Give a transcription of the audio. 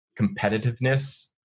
competitiveness